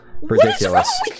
ridiculous